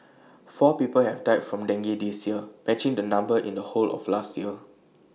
four people have died from dengue this year matching the number in the whole of last year